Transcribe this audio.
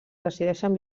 decideixen